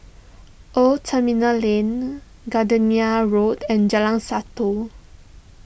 Old Terminal Lane Gardenia Road and Jalan Satu